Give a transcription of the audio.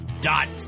dot